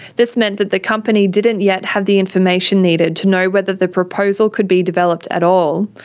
this meant that the company didn't yet have the information needed to know whether the proposal could be developed at all,